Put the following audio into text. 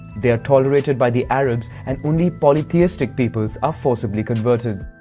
they are tolerated by the arabs and only polytheistic peoples are forcibly converted.